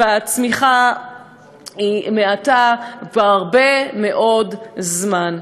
והצמיחה היא מעטה כבר הרבה מאוד זמן.